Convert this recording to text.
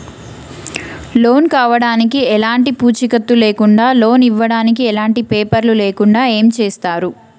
Loan కావడానికి ఎలాంటి పూచీకత్తు లేకుండా లోన్ ఇవ్వడానికి ఎలాంటి పేపర్లు లేకుండా ఏం చేస్తారు?